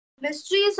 Mysteries